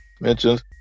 mentions